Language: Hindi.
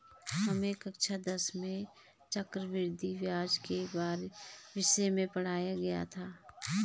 हमें कक्षा दस में चक्रवृद्धि ब्याज के विषय में पढ़ाया गया था